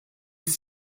sich